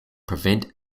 prevent